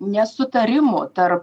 nesutarimų tar